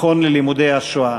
מכון ללימודי השואה.